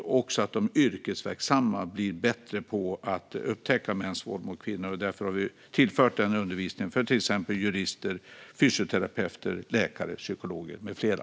Det handlar om att de yrkesverksamma blir bättre på att upptäcka mäns våld mot kvinnor. Därför har vi tillfört den undervisningen för till exempel jurister, fysioterapeuter, läkare, psykologer med flera.